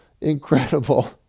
Incredible